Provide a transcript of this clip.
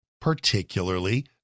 particularly